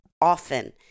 often